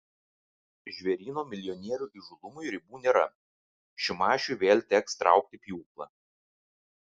žvėryno milijonierių įžūlumui ribų nėra šimašiui vėl teks traukti pjūklą